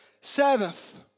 seventh